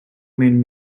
main